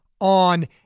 on